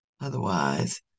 Otherwise